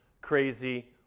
crazy